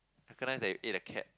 recognise they eat the cat